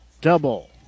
double